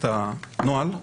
את הנוהל,